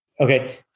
Okay